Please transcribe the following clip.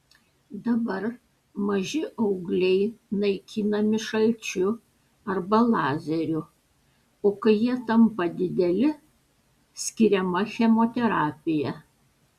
dabar maži augliai naikinami šalčiu arba lazeriu o kai jie tampa dideli skiriama chemoterapija